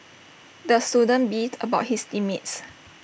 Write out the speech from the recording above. the student beefed about his team mates